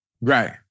Right